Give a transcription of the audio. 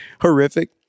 horrific